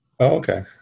okay